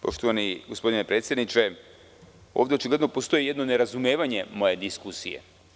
Poštovani gospodine predsedniče, ovde očigledno postoji jedno ne razumevanje moje diskusije.